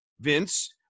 Vince